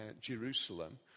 Jerusalem